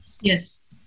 Yes